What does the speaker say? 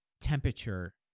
temperature